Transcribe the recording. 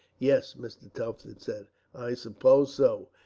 yes, mr. tufton said i suppose so.